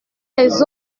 les